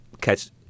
catch